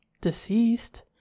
deceased